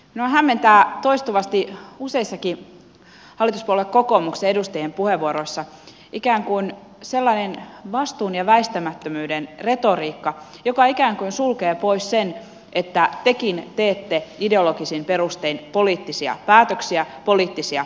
minua hämmentää toistuvasti useissakin hallituspuolue kokoomuksen edustajien puheenvuoroissa ikään kuin sellainen vastuun ja väistämättömyyden retoriikka joka ikään kuin sulkee pois sen että tekin teette ideologisin perustein poliittisia päätöksiä poliittisia esityksiä